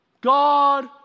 God